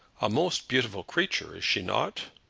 a most beautiful creature is she not?